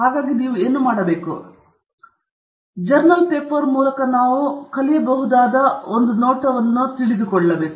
ಹಾಗಾಗಿ ನಾವು ಏನು ಮಾಡಲಿದ್ದೇವೆ ಈ ಜರ್ನಲ್ ಪೇಪರ್ ಮೂಲಕ ನಾವು ಕಾಗದದಿಂದ ಕಲಿಯಬಹುದಾದ ಸಂಪೂರ್ಣ ನೋಟವನ್ನು ನೋಡುತ್ತೇವೆ